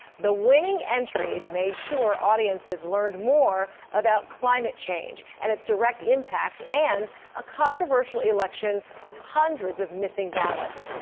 the winning entries made sure audiences learned more about climate change and its direct impacts and a controversial election with hundreds of missing ballots.